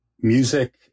music